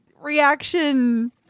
reaction